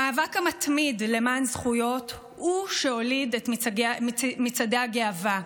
המאבק המתמיד למען זכויות הוא שהוליד את מצעדי הגאווה,